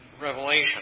Revelation